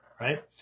right